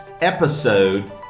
episode